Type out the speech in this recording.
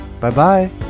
Bye-bye